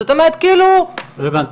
זאת אומרת כאילו --- לא הבנתי,